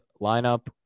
lineup